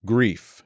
Grief